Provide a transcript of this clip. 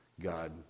God